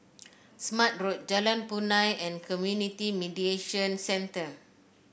Smart Road Jalan Punai and Community Mediation Center